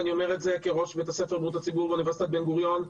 ואני אומר את זה כראש בית הספר לבריאות הציבור באוניברסיטת בן גוריון,